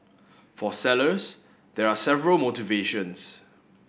for sellers there are several motivations